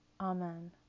Amen